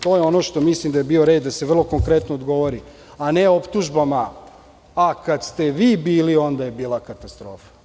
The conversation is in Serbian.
To je ono za šta mislim da je red da se vrlo konkretno odgovori, a ne optužbama – a, kada ste vi bili onda je bila katastrofa.